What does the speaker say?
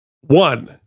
One